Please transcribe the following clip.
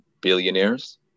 billionaires